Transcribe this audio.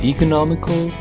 Economical